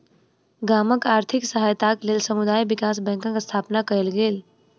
गामक आर्थिक सहायताक लेल समुदाय विकास बैंकक स्थापना कयल गेल